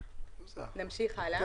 תחבורה.